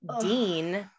Dean